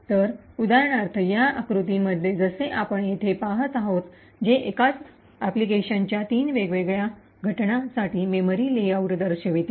तर उदाहरणार्थ या आकृतीमध्ये जसे आपण येथे पाहत आहोत जे एकाच अनुप्रयोगाच्या तीन वेगवेगळ्या घटनां साठी मेमरी लेआउट दर्शविते